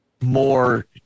more